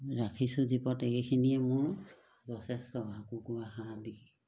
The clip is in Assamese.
ৰাখিছোঁ জীপত সেইখিনিয়ে মোৰ যথেষ্ট কুকুৰা হাঁহ বিকি